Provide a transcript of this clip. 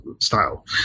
style